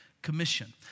Commission